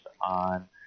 on